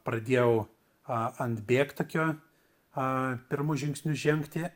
pradėjau a ant bėgtakio a pirmus žingsnius žengti